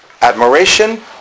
admiration